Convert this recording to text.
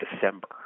December